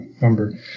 number